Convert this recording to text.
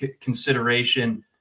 consideration